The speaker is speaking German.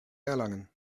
erlangen